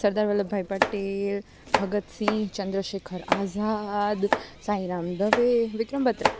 Sardar Vallabhbhai Patel Bhagat Singh Chandrashekhar Azad Sairam Dave Vikram Batra